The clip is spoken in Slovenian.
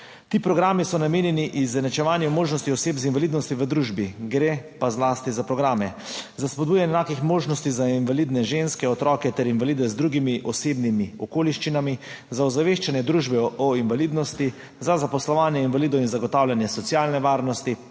Ti programi so namenjeni izenačevanju možnosti oseb z invalidnostjo v družbi, gre pa zlasti za programe za spodbujanje enakih možnosti za invalidne ženske, otroke ter invalide z drugimi osebnimi okoliščinami, za ozaveščanje družbe o invalidnosti, za zaposlovanje invalidov in zagotavljanje socialne varnosti,